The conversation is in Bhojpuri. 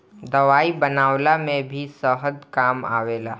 दवाई बनवला में भी शहद काम आवेला